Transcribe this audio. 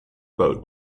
boat